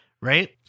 right